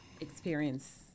experience